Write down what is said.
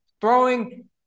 throwing